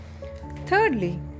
Thirdly